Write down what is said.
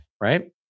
Right